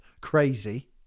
Crazy